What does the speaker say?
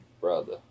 brother